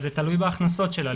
זה תלוי בהכנסות שלה.